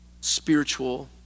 spiritual